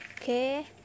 okay